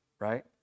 right